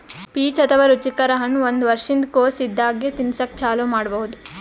peach ಅಥವಾ ರುಚಿಕರ ಹಣ್ಣ್ ಒಂದ್ ವರ್ಷಿನ್ದ್ ಕೊಸ್ ಇದ್ದಾಗೆ ತಿನಸಕ್ಕ್ ಚಾಲೂ ಮಾಡಬಹುದ್